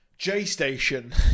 J-Station